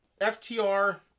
FTR